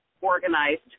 organized